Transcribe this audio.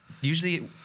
usually